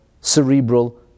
cerebral